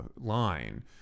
line